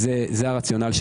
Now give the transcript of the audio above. זה הרציונל,